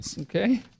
Okay